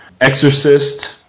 Exorcist